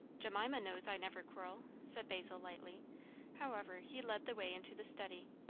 jemima knows i never quarrel said basil lightly however, he led the way into the study.